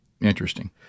interesting